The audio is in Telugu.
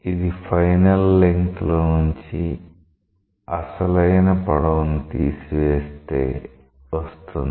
అది ఫైనల్ లెంగ్త్ లో నుంచి అసలైన పొడవు ని తీసి వేస్తే వస్తుంది